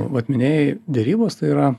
vat minėjai derybos tai yra